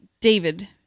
David